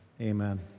amen